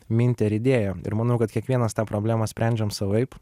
mintį ar idėją ir manau kad kiekvienas tą problemą sprendžiam savaip